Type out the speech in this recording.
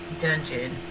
Dungeon